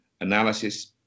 analysis